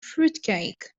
fruitcake